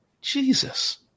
jesus